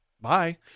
bye